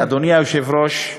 אדוני היושב-ראש,